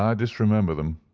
um disremember them,